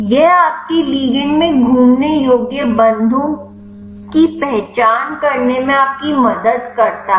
यह आपके लिगंड में घूमने योग्य बंधों की पहचान करने में आपकी मदद करता है